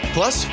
Plus